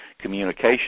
Communication